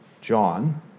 John